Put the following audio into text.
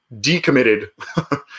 decommitted